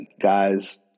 guys